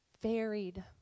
varied